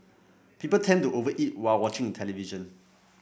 people tend to over eat while watching the television